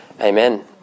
amen